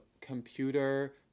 computer